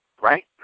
right